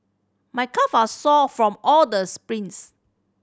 my calves are sore from all the sprints